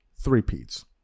three-peats